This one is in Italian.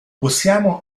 possiamo